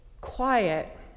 quiet